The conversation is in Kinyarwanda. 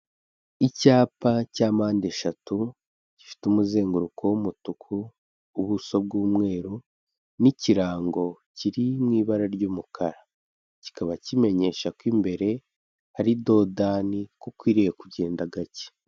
Icyapa cya mpande eshatu, gifite umuzenguruko w'umutuku ubuso bw'umweru n'ikirango kiri mu ibara ry'umukara, kikaba kimenyesha ko imbere hari dodani ko ikwiriye kugenda gake.